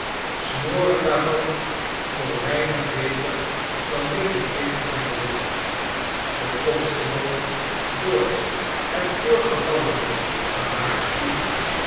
smoren daarvan voor weinig beter dan medeplichtigheid hield de constable door het voorgevallene gewaarschuwd